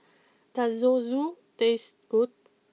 does Zosui taste good